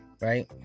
Right